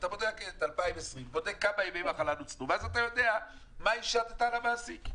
ואתה בודק כמה ימי מחלה נוצלו ב-2020 ואז אתה יודע מה השתת על המעסיק.